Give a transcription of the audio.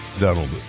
Donald